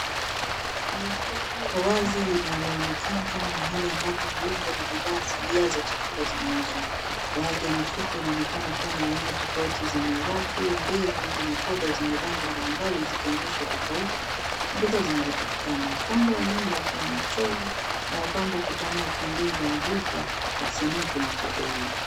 Ni soko la wazi linaloonekana kama mahali ambapo viungo na bidhaa asilia za chakula zinauzwa. Baadhi ya mifuko inaonekana kuwa na aina tofauti za maaragwe, mbegu na poda zenye rangi mbalimbali zikionyeshwa utofauti wa bidhaa zinazopatikana. Upande wa nyuma kuna mchoro na mapambo kutani yakiongeza mvuto wa kisanii kwenye soko hilo.